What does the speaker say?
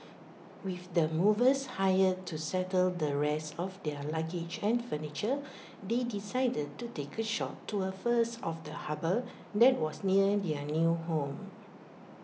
with the movers hired to settle the rest of their luggage and furniture they decided to take A short tour first of the harbour that was near their new home